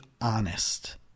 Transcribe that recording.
honest